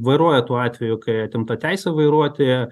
vairuoja tuo atveju kai atimta teisė vairuoti